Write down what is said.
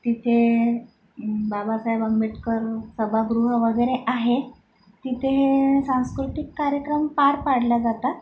तिथे बाबासाहेब आंबेटकर सभागृह वगैरे आहे तिथे सांस्कृतिक कार्यक्रम पार पाडले जातात